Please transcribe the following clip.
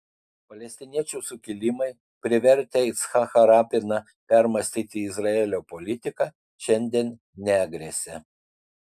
palestiniečių sukilimai privertę yitzhaką rabiną permąstyti izraelio politiką šiandien negresia